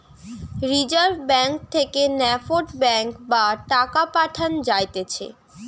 reserve Bank থেকে NEFT banking বা টাকা পাঠান যাতিছে